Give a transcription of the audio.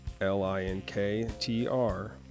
L-I-N-K-T-R